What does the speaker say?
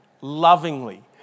lovingly